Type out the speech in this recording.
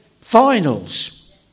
finals